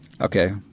Okay